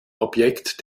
objekt